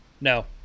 No